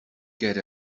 get